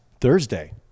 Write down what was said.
Thursday